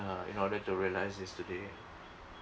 uh in order to realise this today